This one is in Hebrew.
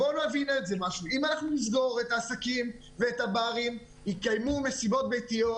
אם אנחנו נסגור את העסקים והברים יתקיימו מסיבות ביתיות.